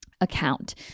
account